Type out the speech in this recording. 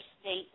state